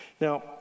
Now